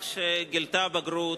אני מודה לכנסת על כך שגילתה בגרות,